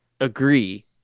Agree